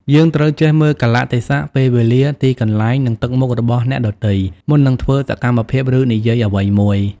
យើងត្រូវចេះមើលកាលៈទេសៈ ពេលវេលា ទីកន្លែង និងទឹកមុខរបស់អ្នកដទៃ មុននឹងធ្វើសកម្មភាព ឬនិយាយអ្វីមួយ។